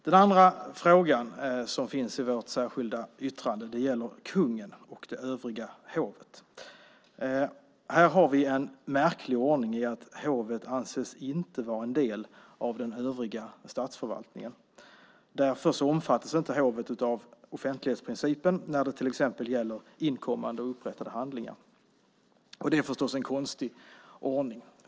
Det andra särskilda yttrandet gäller kungen och det övriga hovet. Här har vi en märklig ordning, nämligen att hovet inte anses vara en del av den övriga statsförvaltningen. Därför omfattas inte hovet av offentlighetsprincipen när det till exempel gäller inkommande och upprättade handlingar. Det är förstås en konstig ordning.